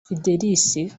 fidelis